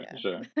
sure